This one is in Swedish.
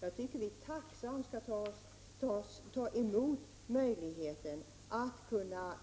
Jag tycker att vi tacksamt skall ta emot möjligheten att kunna